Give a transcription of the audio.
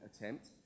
attempt